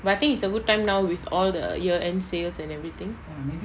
but I think it's a good time now with all the year end sales and everything